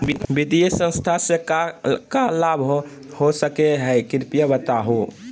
वित्तीय संस्था से का का लाभ हो सके हई कृपया बताहू?